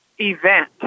event